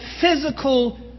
physical